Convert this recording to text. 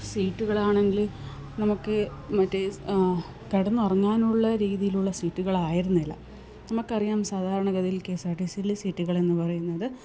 സീറ്റുകളാണെങ്കില് നമുക്ക് മറ്റേ കിടന്നുറങ്ങാനുള്ള രീതിയിലുള്ള സീറ്റുകള് ആയിരുന്നില്ല നമുക്കറിയാം സാധാരണ ഗതിയില് കെ എസ് ആർ ടി സിയില് സീറ്റുകളെന്ന് പറയുന്നത്